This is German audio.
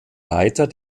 leiter